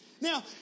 Now